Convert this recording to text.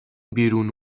بیرون